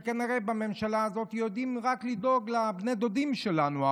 כנראה בממשלה הזאת יודעים לדאוג רק לבני דודים שלנו,